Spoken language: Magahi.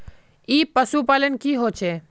ई पशुपालन की होचे?